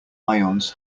ions